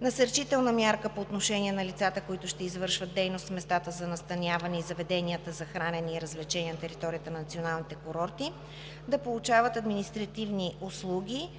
Насърчителна мярка по отношение на лицата, които ще извършват дейност в местата за настаняване и заведенията за хранене и развлечение на територията на националните курорти, да получават административни услуги